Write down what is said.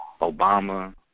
Obama